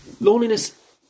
loneliness